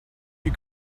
you